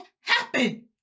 happen